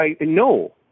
no